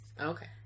Okay